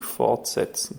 fortsetzen